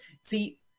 see